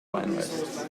finalists